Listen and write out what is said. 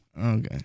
Okay